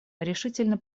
решительно